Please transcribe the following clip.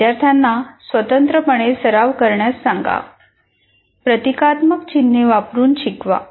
विद्यार्थ्यांना स्वतंत्रपणे सराव करण्यास सांगा प्रतीकात्मक चिन्हे वापरून शिकवा